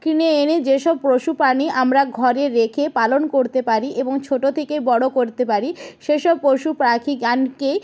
কিনে এনে যেসব পশু প্রাণী আমরা ঘরে রেখে পালন করতে পারি এবং ছোটো থেকে বড় করতে পারি সেসব পশু পাখি ক্ আনকে